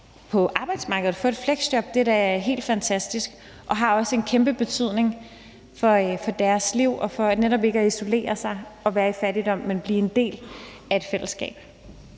på arbejdsmarkedet igen og få et fleksjob. Det er da helt fantastisk og har også en kæmpe betydning for deres liv og for netop ikke at isolere sig og være i fattigdom, men blive en del af et fællesskab.